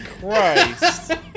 Christ